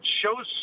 shows